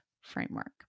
framework